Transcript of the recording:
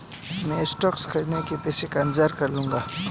मैं स्टॉक्स खरीदने के पैसों का इंतजाम कर लूंगा